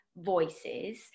voices